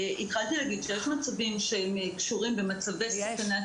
התחלתי להגיד שיש מצבים שקשורים במצבי סכנת